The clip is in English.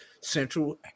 Central